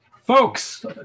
Folks